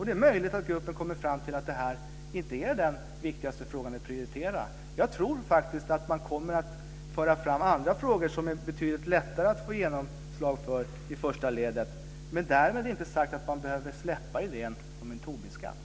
Det är möjligt att denna arbetsgrupp kommer fram till att detta inte är den viktigaste frågan att prioritera. Jag tror att man också kommer att föra fram andra frågor som är betydligt lättare att få genomslag för. Därmed inte sagt att man bör släppa idén om en Tobinskatt.